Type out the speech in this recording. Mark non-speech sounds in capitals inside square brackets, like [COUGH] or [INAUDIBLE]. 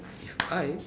[NOISE] hi